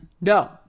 No